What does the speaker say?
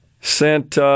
Sent